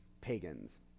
pagans